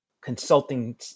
consulting